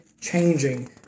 changing